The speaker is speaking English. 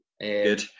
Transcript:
Good